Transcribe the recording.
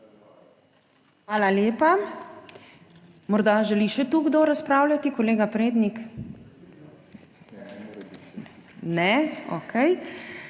Hvala lepa. Morda želi še kdo tu razpravljati? Kolega Prednik? Ne. Okej.